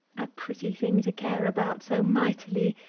a pretty thing to care about so mightily,